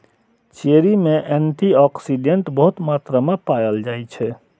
cherry मे antioxidant बहुत मात्रा मे पाएल जाइ छै